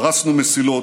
פרסנו מסילות,